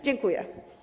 Dziękuję.